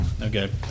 Okay